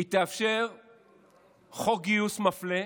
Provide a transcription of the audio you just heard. היא תאפשר חוק גיוס מפלה,